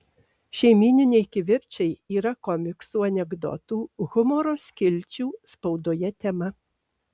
šeimyniniai kivirčai yra komiksų anekdotų humoro skilčių spaudoje tema